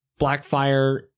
Blackfire